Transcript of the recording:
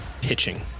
pitching